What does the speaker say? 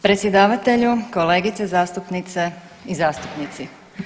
Predsjedavatelju, kolegice zastupnice i zastupnici.